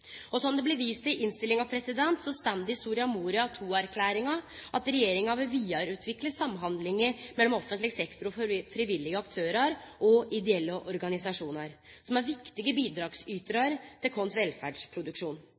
det blir vist til i innstillinga, står det i Soria Moria II-erklæringa at regjeringa vil vidareutvikle samhandlinga mellom offentleg sektor og frivillige aktørar og ideelle organisasjonar, som er viktige bidragsytarar til vår velferdsproduksjon.